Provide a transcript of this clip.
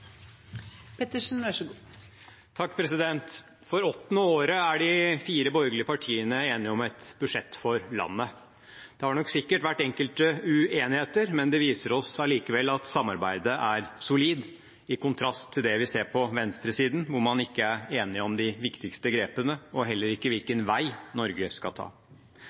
de fire borgerlige partiene enige om et budsjett for landet. Det har nok sikkert vært enkelte uenigheter, men det viser oss allikevel at samarbeidet er solid – i kontrast til det vi ser på venstresiden, hvor man ikke er enige om de viktigste grepene og heller ikke hvilken vei Norge skal ta.